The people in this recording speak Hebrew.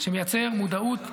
שמייצר מודעות ציבורית,